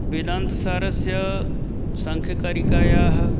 वेदान्तसारस्य साङ्ख्यकारिकायाः